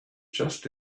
just